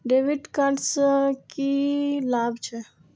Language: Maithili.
डेविट कार्ड से की लाभ छै?